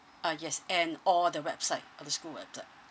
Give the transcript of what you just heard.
ah yes and or the website or the school website